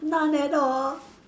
none at all